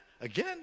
again